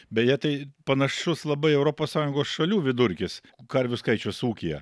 beje tai panašus labai europos sąjungos šalių vidurkis karvių skaičius ūkyje